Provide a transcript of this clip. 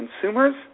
consumers